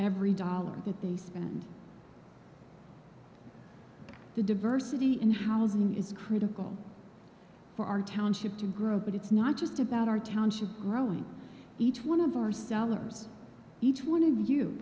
every dollar that they spend the diversity in housing is critical for our township to grow but it's not just about our township growing each one of our sellers each one of you